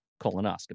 colonoscopy